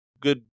good